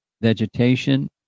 vegetation